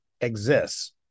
exists